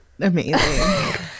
Amazing